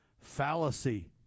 fallacy